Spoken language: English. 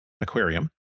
aquarium